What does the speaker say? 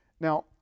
Now